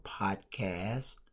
Podcast